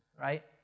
right